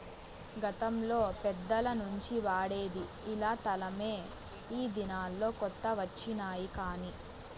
గతంలో పెద్దల నుంచి వాడేది ఇలా తలమే ఈ దినాల్లో కొత్త వచ్చినాయి కానీ